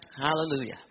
Hallelujah